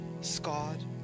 scarred